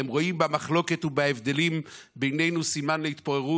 הם רואים במחלוקת ובהבדלים בינינו סימן להתפוררות.